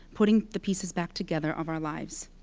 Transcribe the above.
putting the pieces back together of our lives.